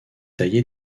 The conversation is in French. taillé